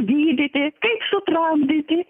gydyti kaip sutramdyti